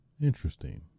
interesting